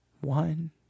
one